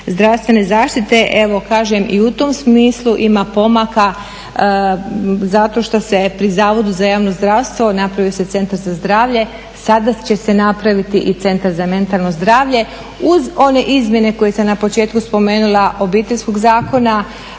zdravstvene zaštite, evo kažem i u tom smislu ima pomaka zato što se pri zavodu za javno zdravstvo napravio se centar za zdravlje, sada će se napraviti i centar za mentalno zdravlje uz one izmjene koje sam na početku spomenula Obiteljskog zakona.